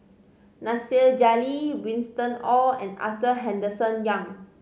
Nasir Jalil Winston Oh and Arthur Henderson Young